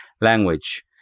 language